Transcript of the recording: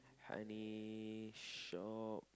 honey shop